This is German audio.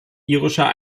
irischer